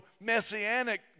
Messianic